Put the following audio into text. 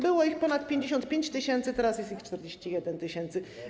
Było ich ponad 55 tys., a teraz jest ich 41 tys.